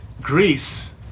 Greece